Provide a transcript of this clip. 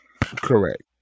Correct